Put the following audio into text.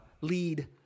lead